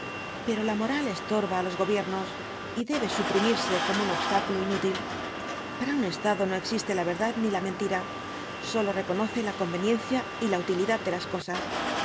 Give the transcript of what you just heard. pero la moral estorba á los gobiernos y debe suprimirse como un obstáculo inútil para un estado no existe la verdad ni la mentira sólo reconoce la conveniencia y la utilidad de las cosas